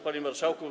Panie Marszałku!